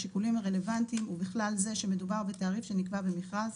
השיקולים הרלוונטיים ובכלל זה שנקבע בתעריף שנקבע במכרז,